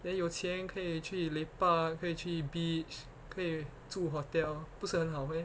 then 有钱可以去 lepak 可以去 beach 可以住 hotel 不是很好 meh